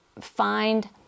find